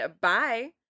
Bye